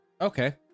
okay